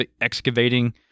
excavating